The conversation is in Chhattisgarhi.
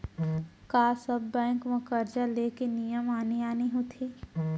का सब बैंक म करजा ले के नियम आने आने होथे?